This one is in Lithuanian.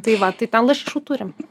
tai va tai ten lašišų turim